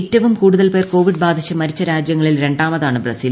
ഏറ്റവും കൂടുതൽ പേർ കോവിഡ് ബാധിച്ച് മരിച്ച രാജ്യങ്ങളിൽ രണ്ടാമതാണ് ബ്രസീൽ